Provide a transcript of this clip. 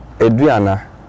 adriana